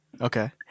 Okay